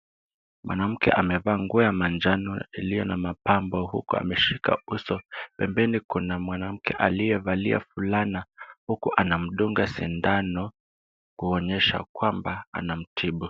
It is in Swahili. Mwanamke amevaa manguo ya manjano ilio na mapambo ameshika uso. pembeni Kuna mwanamke alie valia vulana uku anamdunga sindano kuonyesha kwamba anamtibu.